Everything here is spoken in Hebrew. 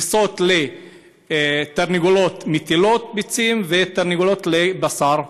מכסות לתרנגולות מטילות ביצים ולתרנגולות לבשר,